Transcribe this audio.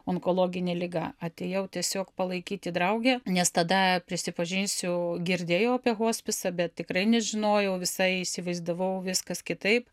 onkologinė liga atėjau tiesiog palaikyti draugę nes tada prisipažinsiu girdėjau apie hospisą bet tikrai nežinojau visai įsivaizdavau viskas kitaip